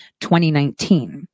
2019